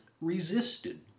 resisted